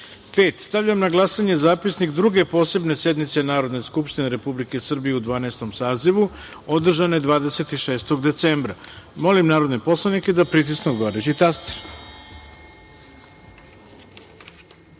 godini. Stavljam na glasanje Zapisnik Druge posebne sednice Narodne skupštine Republike Srbije u Dvanaestom sazivu održane 26. decembra. Molim narodne poslanike da pritisnu odgovarajući